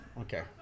Okay